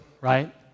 right